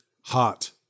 hot